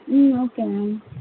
ம் okay ma'am